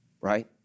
Right